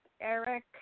Eric